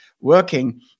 working